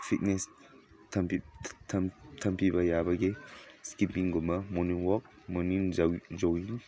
fitness ꯊꯝꯕꯤꯕ ꯌꯥꯕꯒꯤ ꯏꯁꯀꯤꯞꯄꯤꯡꯒꯨꯝꯕ ꯃꯣꯔꯅꯤꯡ ꯋꯥꯛ ꯃꯣꯔꯅꯤꯡ ꯖꯣꯒꯤꯡ